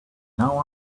now